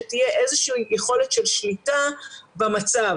שתהיה איזושהי יכולת שליטה במצב.